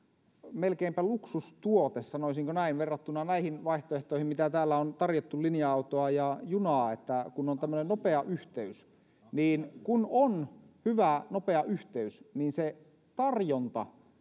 melkeinpä luksustuote sanoisinko näin verrattuna näihin vaihtoehtoihin mitä täällä on tarjottu linja autoa ja junaa kun on tämmöinen nopea yhteys kun on hyvä nopea yhteys niin se tarjonta